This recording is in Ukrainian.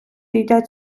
їдять